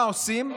מה עושים?